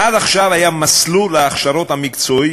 עד עכשיו היה מסלול ההכשרות המקצועיות